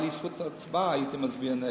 אם היתה לי זכות הצבעה הייתי מצביע נגד,